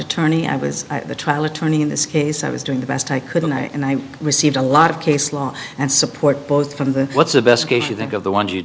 attorney i was a trial attorney in this case i was doing the best i could and i received a lot of case law and support both from the what's the best case you think of the one you